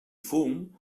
fum